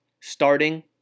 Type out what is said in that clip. Starting